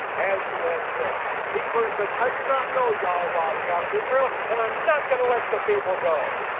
as you have said. he first said i do not know yehovah, the god of israel, and i'm not gonna let the people go.